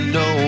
no